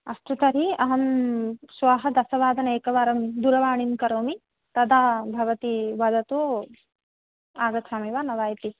अस्तु तर्हि अहं श्वः दशवादने एकवारं दूरवाणीं करोमि तदा भवती वदतु आगच्छामि वा न वा इति